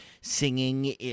singing